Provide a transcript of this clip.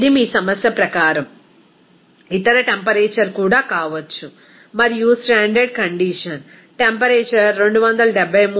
ఇది మీ సమస్య ప్రకారం ఇతర టెంపరేచర్ కూడా కావచ్చు మరియు స్టాండర్డ్ కండిషన్ టెంపరేచర్ 273